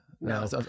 No